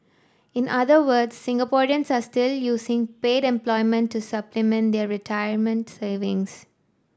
in other words Singaporeans are still using paid employment to supplement their retirement savings